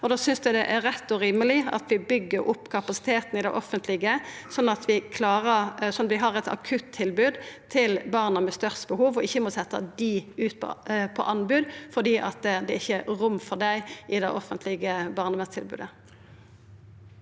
Då synest eg det er rett og rimeleg at vi byggjer opp kapasiteten i det offentlege, slik at vi har eit akuttilbod til barna med størst behov, og ikkje må setja dei ut på anbod fordi det ikkje er rom for dei i det offentlege barnevernstilbodet.